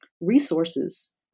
resources